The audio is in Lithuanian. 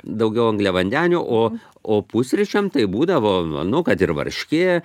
daugiau angliavandenių o o pusryčiam tai būdavo nu kad ir varškė